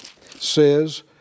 says